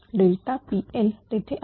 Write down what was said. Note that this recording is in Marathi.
PL तेथे आहे